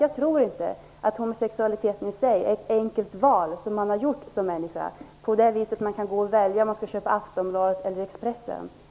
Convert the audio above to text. Jag tror inte att homosexualiteten beror på ett enkelt val som man har gjort, på samma sätt som man väljer mellan att köpa Aftonbladet eller att köpa Expressen.